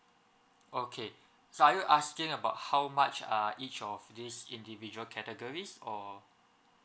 okay so are you asking about how much are each of these individual categories or